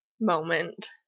moment